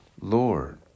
Lord